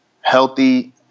healthy